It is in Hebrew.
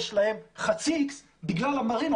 יש לו היום חצי איקס בגלל המרינות.